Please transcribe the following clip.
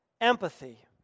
Empathy